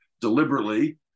deliberately